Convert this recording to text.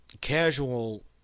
casual